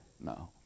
No